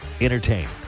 Entertain